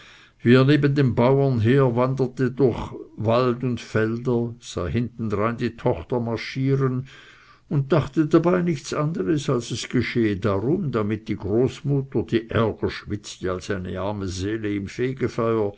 er neben dem bauern herwanderte durch wald und felder sah hintendrein die tochter marschieren und dachte dabei nichts anderes als es geschähe darum damit die großmutter die ärger schwitzte als eine arme seele im